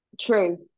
true